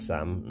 Sam